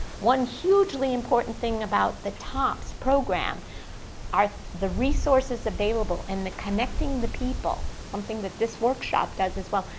one hugely important thing about the topss program are the resources available and the connecting the people, something that this workshop does as well,